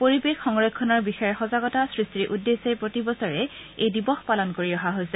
পৰিৱেশ সংৰক্ষণৰ বিষয়ে সজাগতা সৃষ্টিৰ উদ্দেশ্যে প্ৰতিবছৰে এই দিৱস পালন কৰি অহা হৈছে